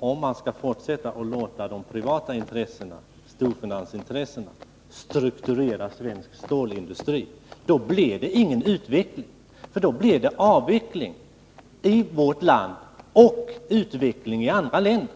Om man fortsätter att låta storfinansintressena strukturera svensk stålindustri, blir det ingen utveckling utan en avveckling i vårt land och en utveckling i andra länder.